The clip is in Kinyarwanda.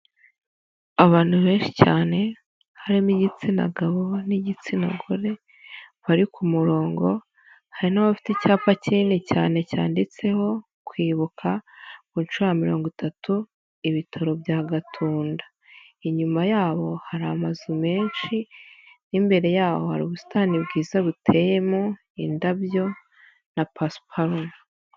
Abantu benshi cyane harimo igitsina gabo n'igitsina gore bari ku murongo hari n'abafite icyapa kinini cyane cyanditseho kwibuka ku nshuro ya mirongo itatu ibitaro bya Gatunda, inyuma yabo hari amazu menshi n'imbere yabo hari ubusitani bwiza buteyemo indabyo na pasiparumu.